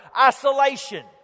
isolation